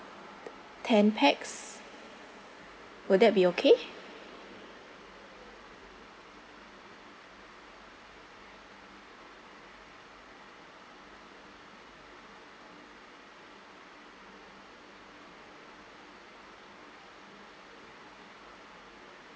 ten pax will that be okay